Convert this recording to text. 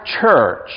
church